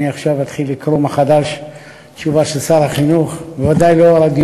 אתחיל עכשיו לקרוא מחדש תשובה של שר החינוך,